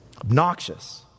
Obnoxious